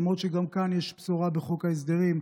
למרות שגם כאן יש בשורה בחוק ההסדרים.